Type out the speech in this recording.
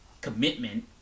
commitment